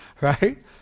right